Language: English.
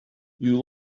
you